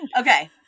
Okay